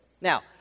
Now